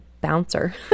bouncer